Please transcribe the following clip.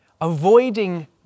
Avoiding